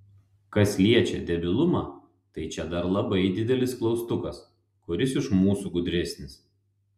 kas liečia debilumą tai čia dar labai didelis klaustukas kuris iš mūsų gudresnis